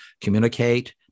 communicate